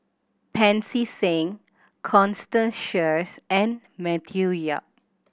Pancy Seng Constance Sheares and Matthew Yap